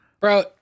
Bro